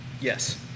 Yes